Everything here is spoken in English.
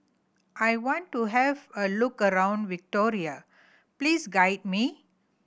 I want to have a look around Victoria please guide me